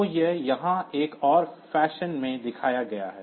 तो यह यहाँ एक और फैशन में दिखाया गया है